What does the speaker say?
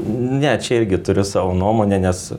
ne čia irgi turi savo nuomonę nes